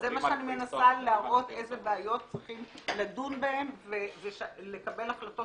זה מה שאני מנסה להראות איזה בעיות צריכים לדון בהן ולקבל החלטות